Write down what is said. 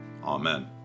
Amen